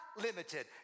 limited